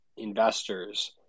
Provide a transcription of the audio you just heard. Investors